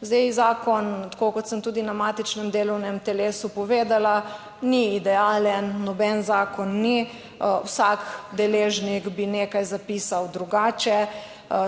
Zdaj, zakon, tako kot sem tudi na matičnem delovnem telesu povedala, ni idealen, noben zakon ni, vsak deležnik bi nekaj zapisal drugače,